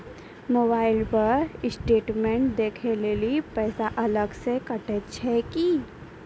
Mobile पर statement देखे लेली पैसा अलग से कतो छै की?